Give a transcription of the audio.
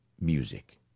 music